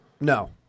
No